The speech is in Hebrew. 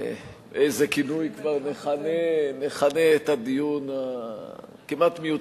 איזה כינוי כבר נכנה את הדיון המיותר כמעט?